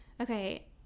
okay